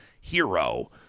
hero